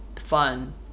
fun